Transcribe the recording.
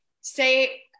say